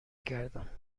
کردم